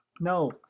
no